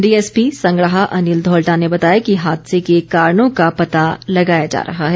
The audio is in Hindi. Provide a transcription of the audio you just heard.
डीएसपी संगड़ाह अनिल धौलटा ने बताया कि हादसे के कारणों का पता लगाया जा रहा है